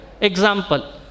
Example